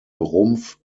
rumpf